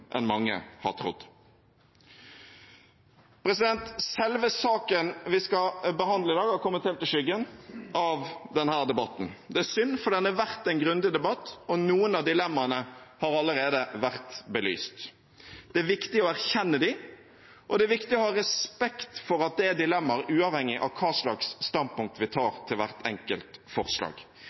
enn mange har trodd. Selve saken vi skal behandle i dag, har kommet helt i skyggen av denne debatten. Det er synd, for den er verdt en grundig debatt, og noen av dilemmaene har allerede vært belyst. Det er viktig å erkjenne dem, og det er viktig å ha respekt for at det er dilemmaer uavhengig av hva slags standpunkt vi tar til hvert enkelt forslag.